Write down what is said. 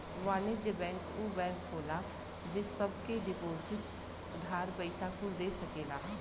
वाणिज्य बैंक ऊ बैंक होला जे सब के डिपोसिट, उधार, पइसा कुल दे सकेला